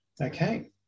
Okay